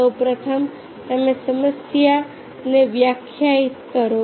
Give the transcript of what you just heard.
સૌ પ્રથમ તમે સમસ્યાને વ્યાખ્યાયિત કરો